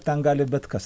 ten gali bet kas